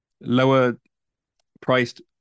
lower-priced